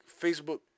Facebook